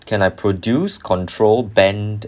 can I produce control bend